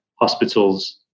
hospitals